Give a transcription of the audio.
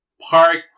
park